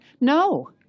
No